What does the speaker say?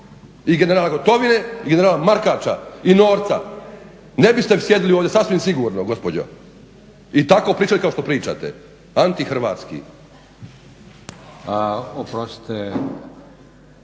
i generala Gotovine i generala Markača i Norca, ne biste sjedili ovdje sasvim sigurno gospođo i tako pričali kao što pričate antihrvatski. **Leko,